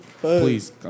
Please